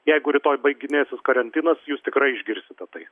jeigu rytoj baiginėsis karantinas jūs tikrai išgirsite tai